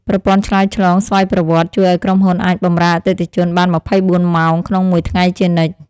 ប្រព័ន្ធឆ្លើយឆ្លងស្វ័យប្រវត្តិជួយឱ្យក្រុមហ៊ុនអាចបម្រើអតិថិជនបានម្ភៃបួនម៉ោងក្នុងមួយថ្ងៃជានិច្ច។